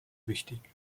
wichtig